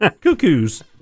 cuckoos